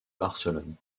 barcelone